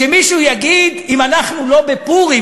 שמישהו יגיד אם אנחנו לא בפורים.